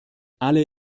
alle